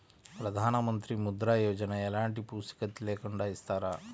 ప్రధానమంత్రి ముద్ర యోజన ఎలాంటి పూసికత్తు లేకుండా ఇస్తారా?